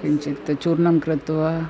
किञ्चित् चूर्णं कृत्वा